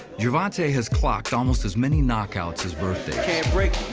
gervonta has clocked almost as many knockouts as birthdays. can't break.